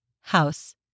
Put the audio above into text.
house